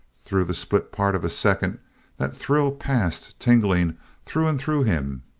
through the split part of a second that thrill passed tingling through and through him,